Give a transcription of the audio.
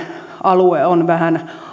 alue on vähän